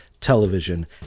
television